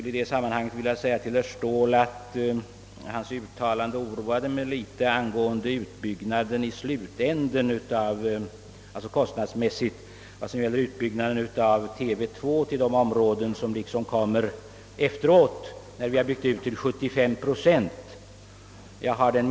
I detta sammanhang vill jag påpeka att herr Ståhls uttalande angående utbyggnaden av TV-2 i slutomgången — efter det vi byggt ut till 75 procent — oroade mig något.